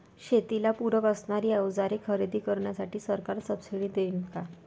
शेतीला पूरक असणारी अवजारे खरेदी करण्यासाठी सरकार सब्सिडी देईन का?